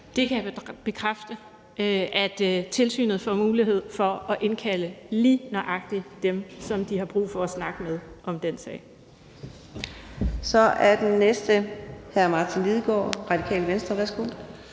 Det kan jeg bekræfte. Tilsynet får mulighed for at indkalde lige nøjagtig dem, som de har brug for at snakke med om den sag. Kl. 15:26 Fjerde næstformand (Karina Adsbøl): Den næste er hr. Martin Lidegaard, Radikale Venstre. Værsgo.